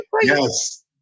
Yes